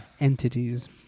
entities